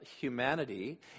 humanity